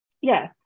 Yes